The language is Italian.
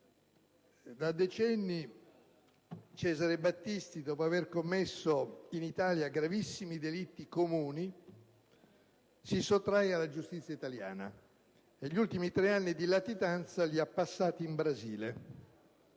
da decenni Cesare Battisti, dopo aver commesso in Italia gravissimi delitti comuni, si sottrae alla giustizia italiana. Gli ultimi tre anni di latitanza li ha passati in Brasile.